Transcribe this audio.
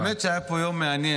האמת היא שהיה פה יום מעניין,